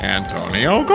Antonio